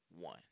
one